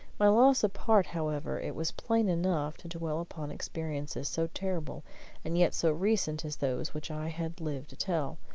my loss apart, however, it was plain enough to dwell upon experiences so terrible and yet so recent as those which i had lived to tell.